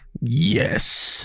Yes